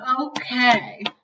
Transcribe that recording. okay